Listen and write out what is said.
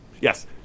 Yes